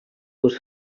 was